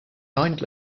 hind